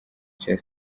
cya